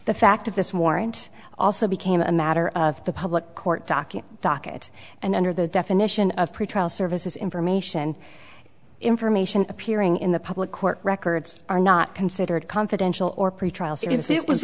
the fact of this warrant also became a matter of the public court docket docket and under the definition of pretrial services information information appearing in the public court records are not considered confidential or pretrial